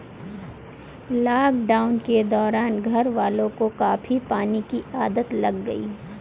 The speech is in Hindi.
लॉकडाउन के दौरान घरवालों को कॉफी पीने की आदत लग गई